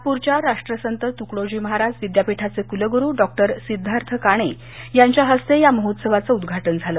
नागपूरच्या राष्ट्रसंत तुकडोजी महाराज विद्यापीठाचे कुलगुरू डॉक्टर सिद्धार्थ काणे यांच्या हस्ते या महोत्सवाचं उद्दघाटन झालं